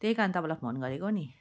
त्यही कारण तपाईँलाई फोन गरेको नि